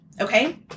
okay